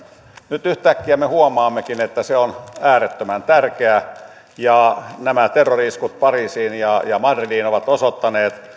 nyt yhtäkkiä me huomaammekin että se on äärettömän tärkeä nämä terrori iskut pariisiin ja ja madridiin ovat osoittaneet